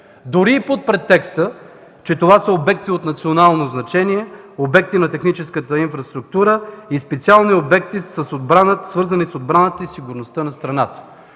дори и под претекст, че това са обекти от национално значение, обекти на техническата инфраструктура и специални обекти, свързани с отбраната и сигурността на страната.